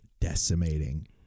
decimating